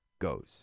goes